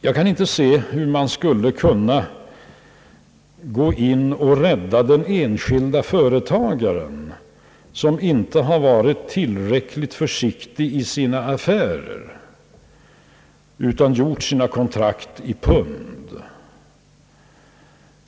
Jag kan inte se hur staten skulle kunna gripa in och rädda den enskilde företagare som inte har varit tillräckligt försiktig i sina affärer utan upprättat kontrakt i pund.